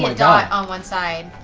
like dot on one side.